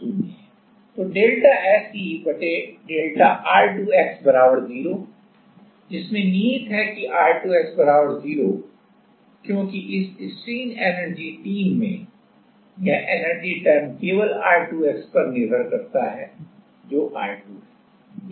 तो delta SE delta R2 x 0 जिसमें निहित है कि R2 x 0 क्योंकि इस स्ट्रेन एनर्जी टीम में यह एनर्जी टर्म केवल R2 x पर निर्भर करता है जो R2 है